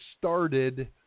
started